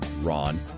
Ron